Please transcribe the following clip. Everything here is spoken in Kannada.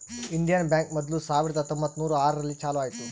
ಇಂಡಿಯನ್ ಬ್ಯಾಂಕ್ ಮೊದ್ಲು ಸಾವಿರದ ಹತ್ತೊಂಬತ್ತುನೂರು ಆರು ರಲ್ಲಿ ಚಾಲೂ ಆಯ್ತು